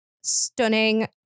Stunning